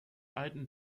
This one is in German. alten